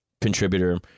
contributor